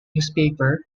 newspaper